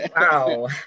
Wow